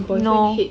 no